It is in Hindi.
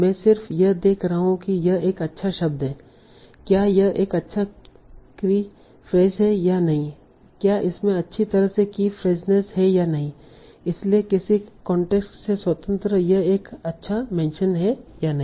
मैं सिर्फ यह देख रहा हूं कि यह एक अच्छा शब्द है क्या यह एक अच्छा कीफ्रेज है या नहीं क्या इसमें अच्छी तरह से कीफ्रेजनेस है या नहीं है इसलिए किसी कांटेक्स्ट से स्वतंत्र यह एक अच्छा मेंशन है या नहीं